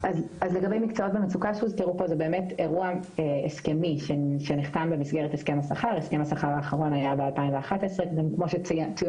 זה הולך להשתנות כי כמו כל מה שקורה